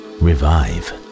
revive